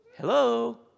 Hello